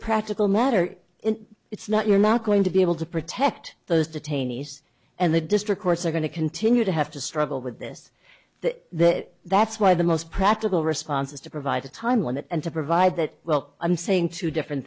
practical matter and it's not you're not going to be able to protect those detainees and the district courts are going to continue to have to struggle with this that that's why the most practical response is to provide a time limit and to provide that well i'm saying two different